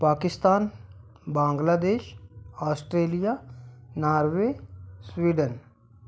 Pakistan Bangladesh Australia Norway Sweden